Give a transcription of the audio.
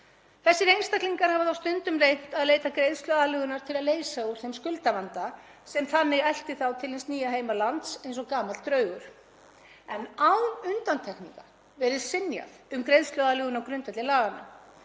Þessir einstaklingar hafa stundum reynt að leita greiðsluaðlögunar til að leysa úr þeim skuldavanda, sem þannig elti þá til hins nýja heimalands eins og gamall draugur, en án undantekninga verið synjað um greiðsluaðlögun á grundvelli laga.